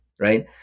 right